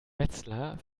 wetzlar